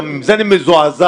גם מזה אני מזועזע,